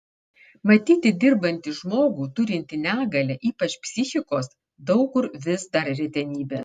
matyti dirbantį žmogų turintį negalią ypač psichikos daug kur vis dar retenybė